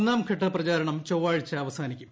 ഒന്നാംഘട്ട പ്രചാരണം ചൊവ്വാഴ്ച അവ്വസ്ഥനിക്കും